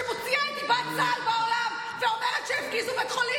שמוציאה את דיבת צה"ל בעולם ואומרת שהפגיזו בית חולים,